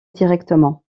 directement